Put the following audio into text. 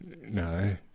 No